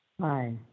Hi